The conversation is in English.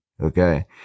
okay